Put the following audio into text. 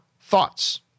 thoughts